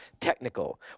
technical